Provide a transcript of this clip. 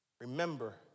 remember